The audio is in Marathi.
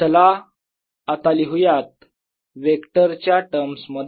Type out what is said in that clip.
B0nI चला आता लिहूयात वेक्टर च्या टर्म्स मध्ये